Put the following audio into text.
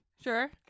Sure